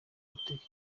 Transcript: uwiteka